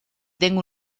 tengo